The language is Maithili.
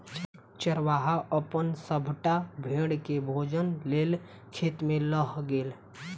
चरवाहा अपन सभटा भेड़ के भोजनक लेल खेत में लअ गेल